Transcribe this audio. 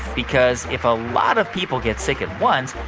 because if a lot of people get sick at once,